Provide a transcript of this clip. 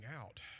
out